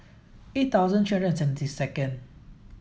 eight thousand three hundred seventy second